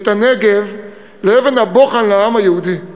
את הנגב לאבן הבוחן לעם היהודי,